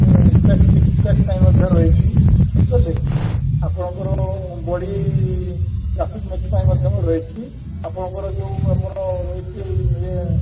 tax six ଟେକ୍ ପାଇଁ ମଧ୍ୟ ରହିଛି ବୁଝି ପାରିଲେ କି ଆପଣଙ୍କର ବଡ଼ି ରହିଛହି ଆପଣଙ୍କର ଯେଉଁ ଆମର ରହିଛି ଇଏ